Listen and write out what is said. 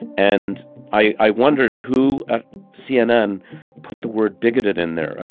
and i wondered, who at cnn put the word bigoted in there? i mean,